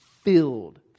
filled